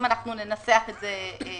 אם ננסח את זה בהתאמה,